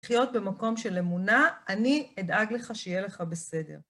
תחיות במקום של אמונה, אני אדאג לך שיהיה לך בסדר.